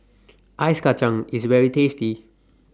Ice Kacang IS very tasty